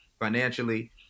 financially